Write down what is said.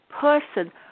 person